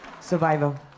survivor